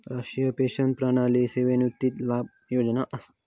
राष्ट्रीय पेंशन प्रणाली सेवानिवृत्ती लाभ योजना असा